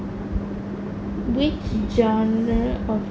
which genre